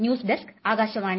news desk Akashvani